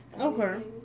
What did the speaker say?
Okay